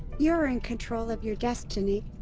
you're in control of your destiny!